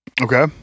Okay